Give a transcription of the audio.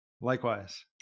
Likewise